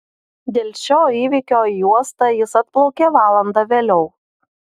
dėl šio įvykio į uostą jis atplaukė valanda vėliau